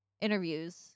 interviews